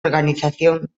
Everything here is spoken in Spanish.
organización